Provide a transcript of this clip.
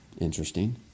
Interesting